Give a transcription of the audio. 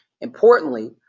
Importantly